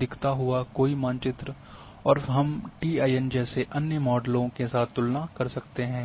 दिखता हुआ कोई मानचित्रऔर फिर हम टीआईएन जैसे अन्य मॉडलों के साथ तुलना कर सकते हैं